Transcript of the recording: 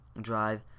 drive